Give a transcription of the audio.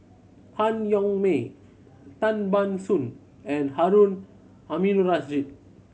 Han Yong May Tan Ban Soon and Harun Aminurrashid